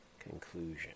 Conclusion